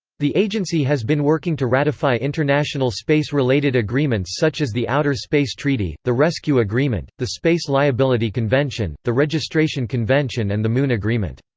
the agency has been working to ratify international space-related agreements such as the outer space treaty, the rescue agreement, the space liability convention, the registration convention and the moon agreement.